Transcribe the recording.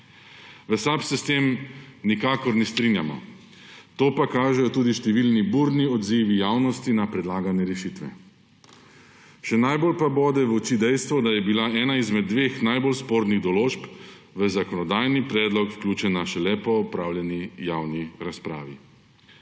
V SAB se s tem nikakor ne strinjamo. To pa kažejo tudi številni burni odzivi javnosti na predlagane rešitve. Še najbolj pa pobe v oči dejstvo, da je bila ena izmed dveh najbolj spornih določb v zakonodajni predlog vključena šele po opravljeni javni razpravi.